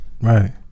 Right